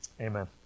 amen